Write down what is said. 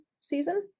season